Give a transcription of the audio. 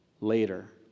later